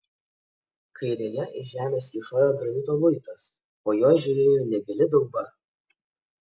kairėje iš žemės kyšojo granito luitas po juo žiojėjo negili dauba